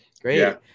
great